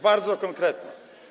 Bardzo konkretne.